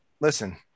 listen